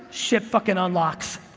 shit fucking unlocks.